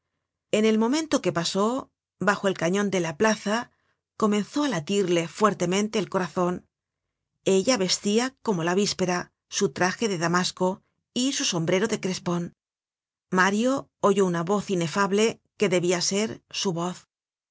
en el momento que pasóbajo el cañon de la plaza comenzó á latirle fuertemente el corazon ella vestia como la víspera su traje de damasco y su sombrero de crespon mario oyó una voz inefable que debia ser csu voz